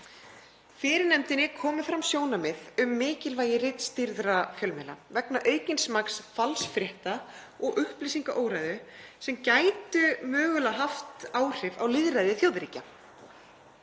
Fyrir nefndinni komu fram sjónarmið um mikilvægi ritstýrðra fjölmiðla vegna aukins magns falsfrétta og upplýsingaóreiðu sem gæti mögulega haft áhrif á lýðræði þjóðríkja.